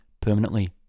permanently